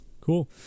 Cool